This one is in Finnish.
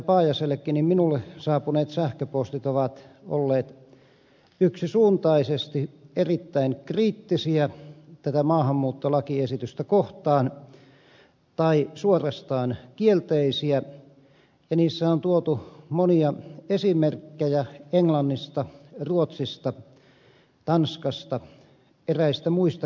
paajasellekin minulle saapuneet sähköpostit ovat olleet yksisuuntaisesti erittäin kriittisiä tätä maahanmuuttolakiesitystä kohtaan tai suorastaan kielteisiä ja niissä on tuotu monia esimerkkejä englannista ruotsista tanskasta eräistä muistakin maista